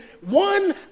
one